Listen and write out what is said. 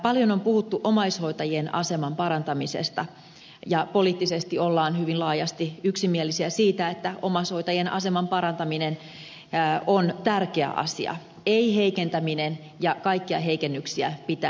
paljon on puhuttu omaishoitajien aseman parantamisesta ja poliittisesti ollaan hyvin laajasti yksimielisiä siitä että omaishoitajien aseman parantaminen on tärkeä asia ei heikentäminen ja kaikkia heikennyksiä pitäisi välttää